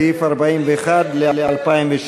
לסעיף 41 ל-2016,